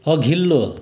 अघिल्लो